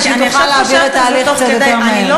כדי שהיא תוכל להעביר את ההליך יותר מהר.